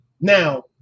Now